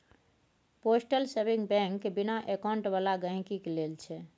postal saving bank बिना account बला गहिंकी लेल छै